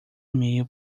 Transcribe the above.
email